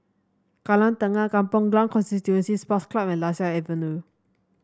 Kallang Tengah Kampong Glam Constituency Sports Club and Lasia Avenue